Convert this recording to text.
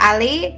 Ali